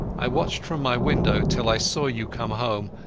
i watched from my window till i saw you come home,